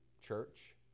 church